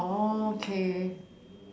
oh okay